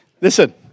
Listen